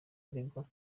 aregwa